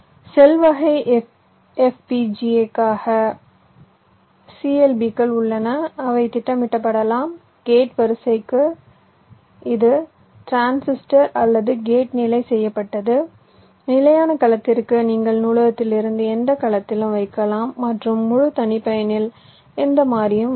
செல் வகை FPGA க்காக இந்த CLB கள் உள்ளன அவை திட்டமிடப்படலாம் கேட் வரிசைக்கு இது டிரான்சிஸ்டர் அல்லது கேட் நிலை செய்யப்பட்டது நிலையான கலத்திற்கு நீங்கள் நூலகத்திலிருந்து எந்த கலத்திலும் வைக்கலாம் மற்றும் முழு தனிப்பயன் இல் எந்த மாறியும் வைக்கலாம்